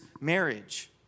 marriage